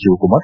Shivakumar